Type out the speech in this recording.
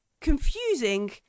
confusing